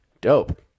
Dope